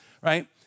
right